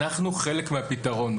אנחנו חלק מהפתרון.